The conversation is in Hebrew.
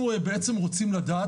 אנחנו בעצם רוצים לדעת,